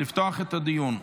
לפתוח את הדיון.